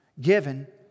Given